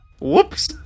whoops